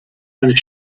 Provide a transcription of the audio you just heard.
and